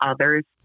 others